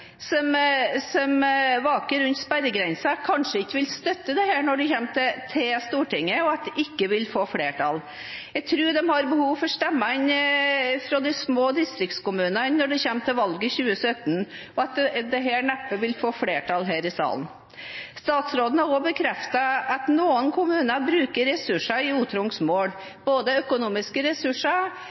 som vaker rundt sperregrensen, kanskje ikke vil støtte dette når det kommer til Stortinget, og at det ikke vil få flertall. Jeg tror de har behov for stemmene fra de små distriktskommunene når det kommer til valget i 2017, og at dette neppe vil få flertall her i salen. Statsråden har også bekreftet at noen kommuner bruker ressurser i utrengsmål, både økonomiske ressurser,